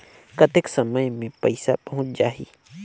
कतेक समय मे पइसा पहुंच जाही?